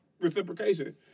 reciprocation